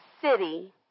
city